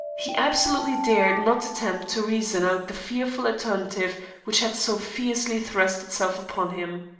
he absolutely dared not attempt to reason out the fearful alternative which had so fiercely thrust itself upon him.